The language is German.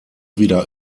wieder